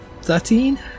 Thirteen